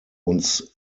uns